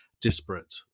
disparate